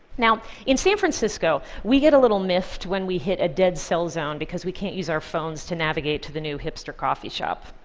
now, in san francisco, we get a little miffed when we hit a dead cell zone because we can't use our phones to navigate to the new hipster coffee shop.